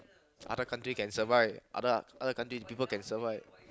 other country can survive other other country people can survive